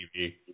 TV